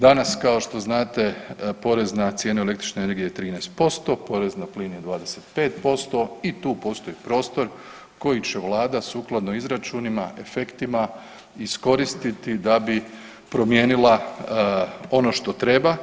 Danas kao što znate porezna cijena električne energije je 13%, porez na plin je 25% i tu postoji prostor koji će vlada sukladno izračunima, efektima iskoristiti da bi promijenila ono što treba.